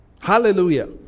Hallelujah